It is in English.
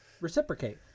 reciprocate